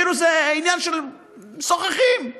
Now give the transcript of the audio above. כאילו זה עניין שמשוחחים עליו.